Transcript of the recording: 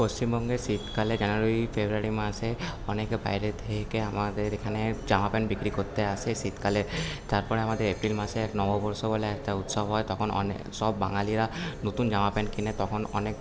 পশ্চিমবঙ্গের শীতকালে জানুয়ারি ফেব্রুয়ারি মাসে অনেকে বায়রে থেকে আমাদের এখানে জামা প্যান্ট বিক্রি করতে আসে শীতকালে তারপরে আমাদের এপ্রিল মাসে এক নববর্ষ বলে একটা উৎসব হয় তখন অনেক সব বাঙালিরা নতুন জামা প্যান্ট কেনে তখন অনেক